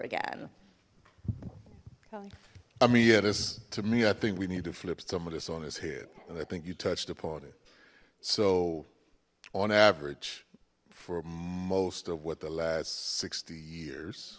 again i mean yeah this to me i think we need to flip some of this on his head and i think you touched upon it so on average for most of what the last sixty years